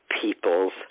people's